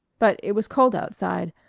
but it was cold outside,